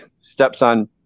stepson